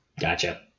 Gotcha